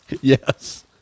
Yes